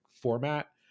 format